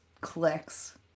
clicks